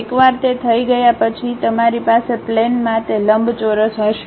એકવાર તે થઈ ગયા પછી તમારી પાસે પ્લેનમાં તે લંબચોરસ હશે